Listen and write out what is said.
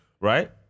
Right